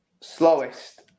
Slowest